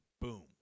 boom